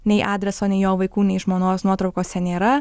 nei adreso nei jo vaikų nei žmonos nuotraukose nėra